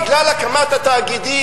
בגלל הקמת התאגידים,